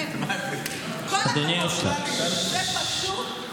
ההצבעות השמיות זה משהו.